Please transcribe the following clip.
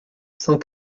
cent